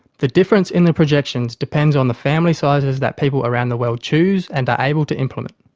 the difference in the projections depends on the family sizes that people around the world choose and are able to implement.